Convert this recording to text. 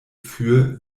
für